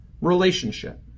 relationship